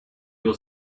your